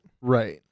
Right